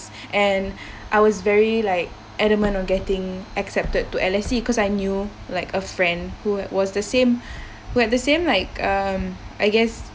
and I was very like adamant of getting accepted to L_S_E cause I knew like a friend who was the same who had the same like um I guess